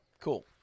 cool